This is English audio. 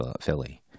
Philly